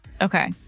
Okay